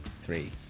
three